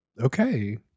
Okay